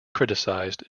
criticised